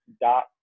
dot